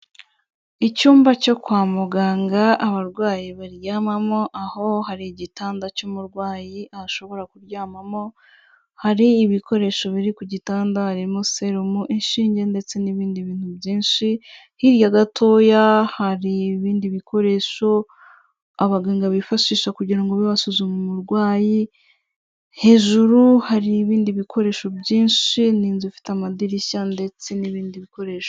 Icyumba cyo kwa muganga abarwayi baryamamo, aho hari igitanda cy'umurwayi ashobora kuryamamo, hari ibikoresho biri ku gitanda harimo serumo, inshinge ndetse n'ibindi bintu byinshi, hirya gatoya hari ibindi bikoresho abaganga bifashisha kugira ngo babe basuzuma umurwayi, hejuru hari ibindi bikoresho byinshi, ni inzu ifite amadirishya ndetse n'ibindi bikoresho.